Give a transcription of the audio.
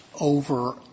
over